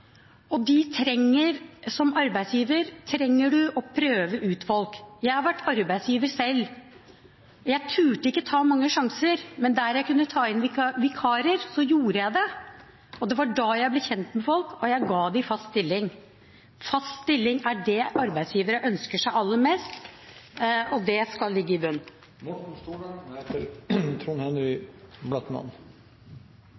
Som arbeidsgiver trenger man å prøve ut folk. Jeg har vært arbeidsgiver selv. Jeg turte ikke å ta mange sjanser, men der jeg kunne ta inn vikarer, gjorde jeg det. Det var da jeg ble kjent med folk, og jeg ga dem fast stilling. Fast stilling er det arbeidsgivere ønsker seg aller mest, og det skal ligge i